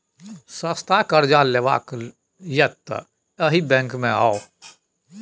सस्ता करजा लेबाक यै तए एहि बैंक मे आउ